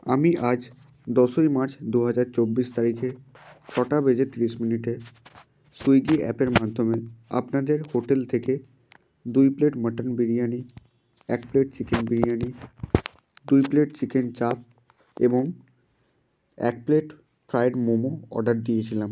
আমি আজ দশই মার্চ দু হাজার চব্বিশ তারিখে ছটা বেজে তিরিশ মিনিটে সুইগি অ্যাপের মাধ্যমে আপনাদের হোটেল থেকে দুই প্লেট মাটন বিরিয়ানি এক প্লেট চিকেন বিরিয়ানি দুই প্লেট চিকেন চাপ এবং এক প্লেট ফ্রায়েড মোমো অর্ডার দিয়েছিলাম